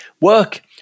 Work